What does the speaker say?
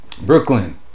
Brooklyn